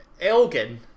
Elgin